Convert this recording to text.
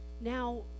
Now